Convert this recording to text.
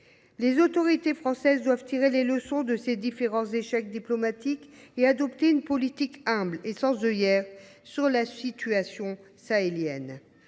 Les autorités françaises doivent tirer les leçons de ces différents échecs diplomatiques et adopter une politique humble et sans œillères face à la situation sahélienne.